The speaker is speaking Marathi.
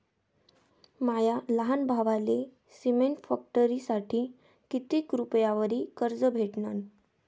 माया लहान भावाले सिमेंट फॅक्टरीसाठी कितीक रुपयावरी कर्ज भेटनं?